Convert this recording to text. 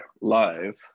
live